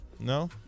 No